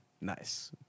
nice